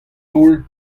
daol